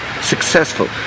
successful